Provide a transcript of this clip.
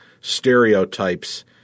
stereotypes